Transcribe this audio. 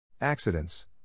Accidents